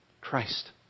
Christ